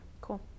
Cool